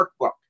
workbook